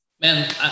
Man